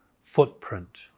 footprint